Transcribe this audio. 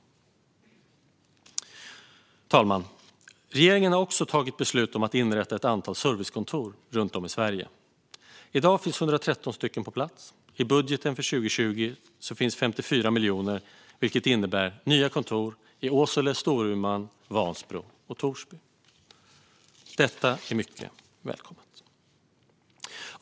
Fru talman! Regeringen har också tagit beslut om att inrätta ett antal servicekontor runt om i Sverige. I dag finns 113 stycken på plats. I budgeten för 2020 finns 54 miljoner, vilket innebär nya kontor i Åsele, Storuman, Vansbro och Torsby. Detta är mycket välkommet.